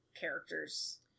characters